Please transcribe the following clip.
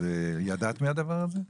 ידעת מהדבר הזה?